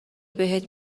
بهت